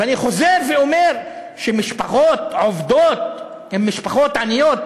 ואני חוזר ואומר שמשפחות עובדות הן משפחות עניות,